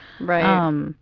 Right